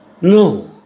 No